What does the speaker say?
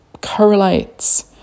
correlates